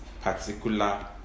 particular